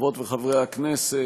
חברות וחברי הכנסת,